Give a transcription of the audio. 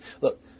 Look